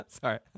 sorry